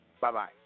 Bye-bye